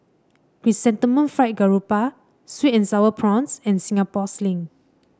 Chrysanthemum Fried Garoupa sweet and sour prawns and Singapore Sling